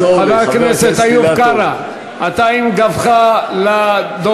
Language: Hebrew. חבר הכנסת איוב קרא, אתה עם גבך לדובר.